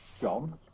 John